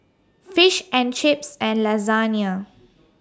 Fish and Chips and Lasagne